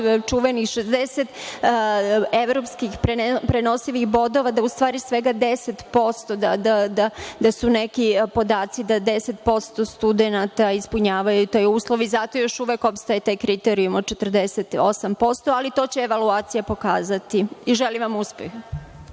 čuvenih 60 evropskih prenosivih bodova u stvari svega 10% studenata ispunjava taj uslov i zato još uvek opstaje taj kriterijum od 48%, ali to će evaluacija pokazati. Želim vam uspeh.